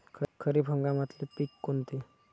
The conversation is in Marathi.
खरीप हंगामातले पिकं कोनते?